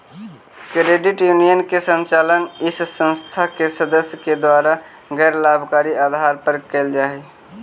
credit union के संचालन इस संस्था के सदस्य के द्वारा गैर लाभकारी आधार पर कैल जा हइ